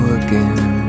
again